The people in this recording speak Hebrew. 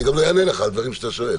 אני גם לא אענה לך על דברים שאתה שואל.